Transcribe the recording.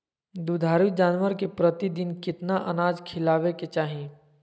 दुधारू जानवर के प्रतिदिन कितना अनाज खिलावे के चाही?